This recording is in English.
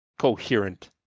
coherent